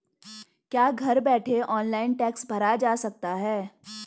क्या घर बैठे ऑनलाइन टैक्स भरा जा सकता है?